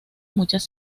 muchas